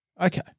Okay